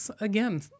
again